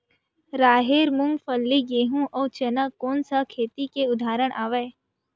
राहेर, मूंगफली, गेहूं, अउ चना कोन सा खेती के उदाहरण आवे?